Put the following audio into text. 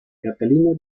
catalina